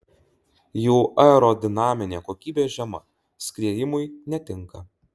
jų aerodinaminė kokybė žema skriejimui netinka